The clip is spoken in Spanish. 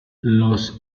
los